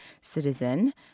citizen